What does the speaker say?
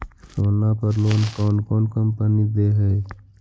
सोना पर लोन कौन कौन कंपनी दे है?